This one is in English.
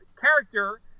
character